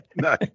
no